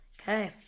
Okay